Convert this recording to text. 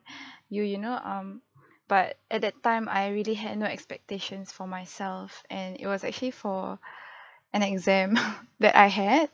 you you know um but at that time I really had no expectations for myself and it was actually for an exam that I had